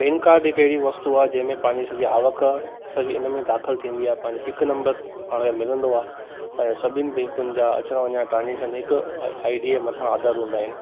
pen card हिकु अहिड़ी वस्तू आहे जंहिं में पंहिंजी सॼी आवक सभी इन में दाख़िलु थींदी आहे पंहिंजे हिकु नम्बर पाण खे मिलंदो आहे पंहिंजो सभिनि बैंकुनि जा अचणु वञणु ट्राजेक्शन हिकु आई डी मथां आधार हूंदा आहिनि